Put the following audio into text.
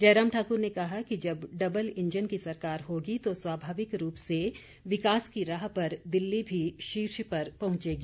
जयराम ठाकुर ने कहा कि जब डबल इंजन की सरकार होगी तो स्वाभाविक रूप से विकास की राह पर दिल्ली भी शीर्ष पर पहुंचेगी